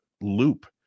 loop